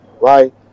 Right